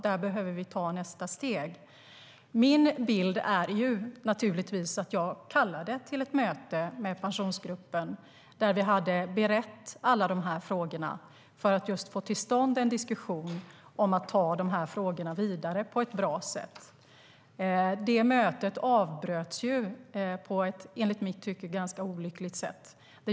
Där behöver vi ta nästa steg. Min bild är naturligtvis att jag kallade till ett möte med Pensionsgruppen där vi hade berett alla de här frågorna för att just få till stånd en diskussion om att ta de här frågorna vidare på ett bra sätt. Det mötet avbröts på ett, enligt mitt tycke, ganska olyckligt sätt.